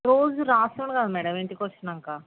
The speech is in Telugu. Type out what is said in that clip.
రోజు రాస్తుండు కదా మ్యాడమ్ ఇంటికి వచ్చినాక